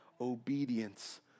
obedience